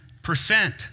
percent